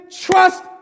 trust